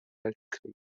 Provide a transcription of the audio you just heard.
weltkrieg